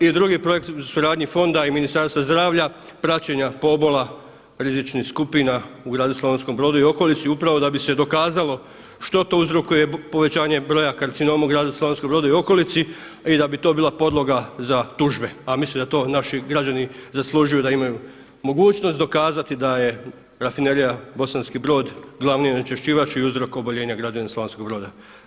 I drugi projekt u suradnji Fonda i Ministarstva zdravlja, praćenja pobola rizičnih skupina u gradom Slavonskom brodu i okolici upravo da bi se dokazalo što to uzrokuje povećanje broja karcinoma u gradu Slavonskom Brodu i okolici i da bi to bila podloga za tužbe a mislim da to naši građani zaslužuju da imaju mogućnost dokazati da je Rafinerija Bosanski Brod glavni onečišćivač i uzrok oboljenja građana Slavonskog Broda.